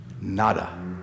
Nada